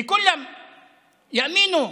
וכולם יאמינו.